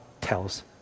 tells